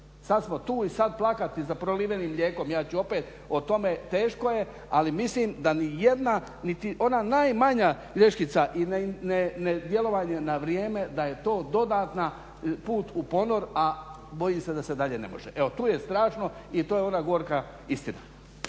sad smo tu i sad plakati za prolivenim mlijekom, ja ću opet o tome, teško je ali mislim da nijedna, niti ona najmanja … i nedjelovanje na vrijeme da je to dodatan put u ponor, a bojim se da se dalje ne može. Evo to je strašno i to je ona gorka istina.